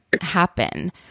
happen